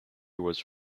was